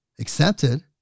accepted